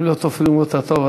אם לא תופרים אותה טוב,